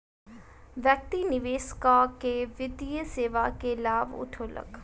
व्यक्ति निवेश कअ के वित्तीय सेवा के लाभ उठौलक